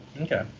Okay